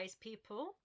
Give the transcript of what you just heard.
people